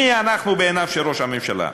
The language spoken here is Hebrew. מי אנחנו בעיניו של ראש הממשלה?